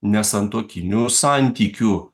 nesantuokinių santykių